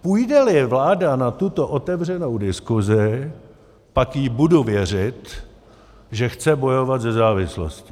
Půjdeli vláda na tuto otevřenou diskuzi, pak jí budu věřit, že chce bojovat se závislostí.